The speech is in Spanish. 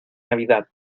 navidad